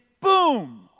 boom